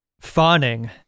fawning